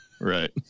right